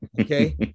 okay